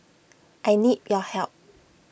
I need your help